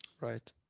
right